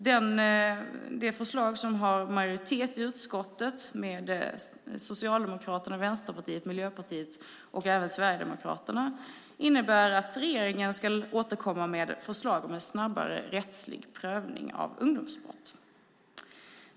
Det förslag som har vunnit majoritet i utskottet, med Socialdemokraterna, Vänsterpartiet, Miljöpartiet och även Sverigedemokraterna, innebär att regeringen ska återkomma med förslag om en snabbare rättslig prövning av ungdomsbrott.